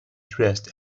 dressed